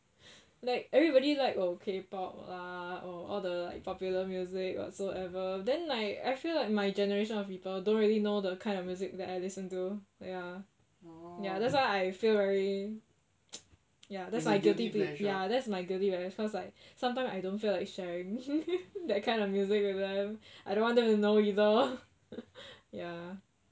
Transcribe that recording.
like everybody like oh K pop lah oh all the like popular music whatsoever then like I feel like my generation of people don't really know the kind of music that I listen to ya ya that's why I feel very ya that's ya that's my guilty pleasure cause like sometimes I don't feel like sharing that kind of music with them I don't want them to know either ya